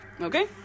Okay